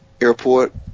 airport